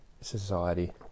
society